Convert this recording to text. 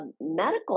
medical